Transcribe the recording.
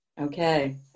Okay